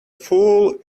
full